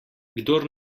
kdor